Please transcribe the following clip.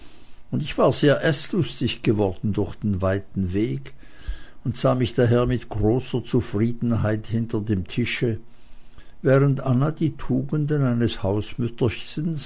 gewartet ich war sehr eßlustig geworden durch den weiten weg und sah mich daher mit großer zufriedenheit hinter dem tische während anna die tugenden eines